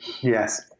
Yes